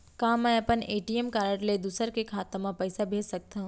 का मैं अपन ए.टी.एम कारड ले दूसर के खाता म पइसा भेज सकथव?